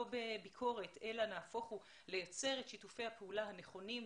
בביקורת אלא לייצר את שיתופי הפעולה הנכונים.